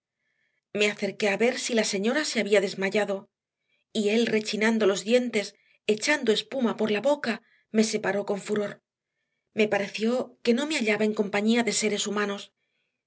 me acerqué a ver si la señora se había desmayado y él rechinando los dientes echando espuma por la boca me separó con furor me pareció que no me hallaba en compañía de seres humanos